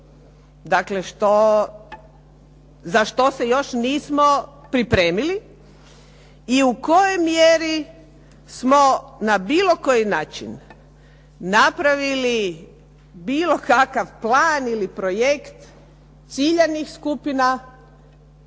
Dakle, što, za što se još nismo pripremili i u kojoj mjeri smo na bilo koji način napravili bilo kakav plan ili projekt ciljanih skupina